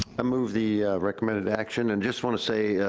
i move the recommended action, and just wanna say,